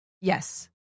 Yes